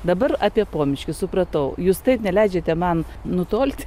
dabar apie pomiškius supratau jūs taip neleidžiate man nutolt